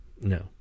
no